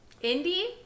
Indy